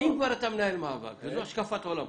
אם כבר אתה מנהל מאבק וזו השקפת עולמך,